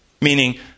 meaning